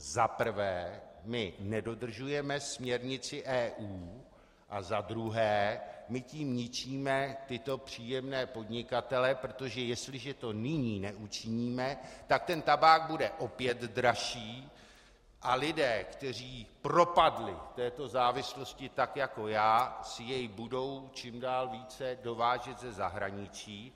Za prvé, nedodržujeme směrnici EU, a za druhé, my tím ničíme tyto příjemné podnikatele, protože jestliže to nyní nezměníme, tak tabák bude opět dražší a lidé, kteří propadli této závislosti tak jako já, si jej budou čím dál více dovážet ze zahraničí.